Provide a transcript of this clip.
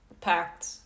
packed